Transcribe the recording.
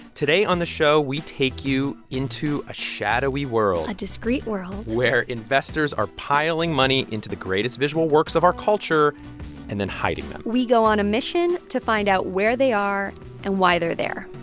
today on the show, we take you into a shadowy world. a discreet world. where investors are piling money into the greatest visual works of our culture and then hiding them we go on a mission to find out where they are and why they're there